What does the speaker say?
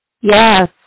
Yes